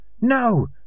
No